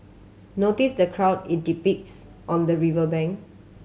notice the crowd it depicts on the river bank